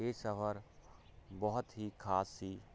ਇਹ ਸਫਰ ਬਹੁਤ ਹੀ ਖਾਸ ਸੀ